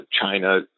China